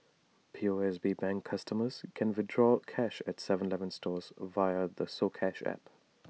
P O S B bank customers can withdraw cash at Seven Eleven stores via the soCash app